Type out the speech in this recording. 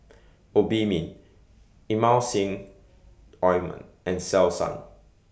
Obimin Emulsying Ointment and Selsun